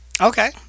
Okay